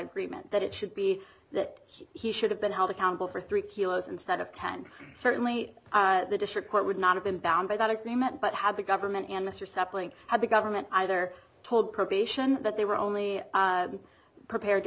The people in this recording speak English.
agreement that it should be that he should have been held accountable for three kilos instead of ten certainly the district court would not have been bound by that agreement but had the government and mr suppling had the government either told probation that they were only prepared to